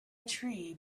tree